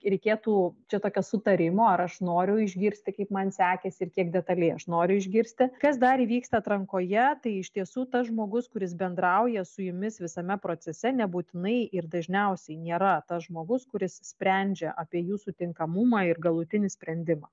reikėtų čia tokio sutarimo ar aš noriu išgirsti kaip man sekėsi ir kiek detaliai aš noriu išgirsti kas dar įvyksta atrankoje tai iš tiesų tas žmogus kuris bendrauja su jumis visame procese nebūtinai ir dažniausiai nėra tas žmogus kuris sprendžia apie jūsų tinkamumą ir galutinį sprendimą